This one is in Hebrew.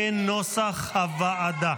כנוסח הוועדה.